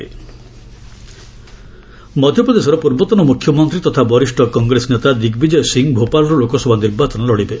ଦିଗ୍ବିଜୟ ଭୋପାଲ ମଧ୍ୟପ୍ରଦେଶର ପୂର୍ବତନ ମୁଖ୍ୟମନ୍ତ୍ରୀ ତଥା ବରିଷ୍ଣ କଂଗ୍ରେସ ନେତା ଦିଗ୍ବିଜୟ ସିଂ ଭୋପାଳରୁ ଲୋକସଭା ନିର୍ବାଚନ ଲଢ଼ିବେ